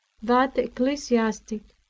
that ecclesiastic,